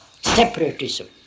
separatism –